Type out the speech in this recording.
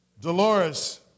Dolores